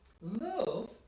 Love